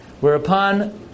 Whereupon